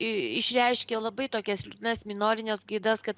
išreiškė labai tokias liūdnas minorines gaidas kad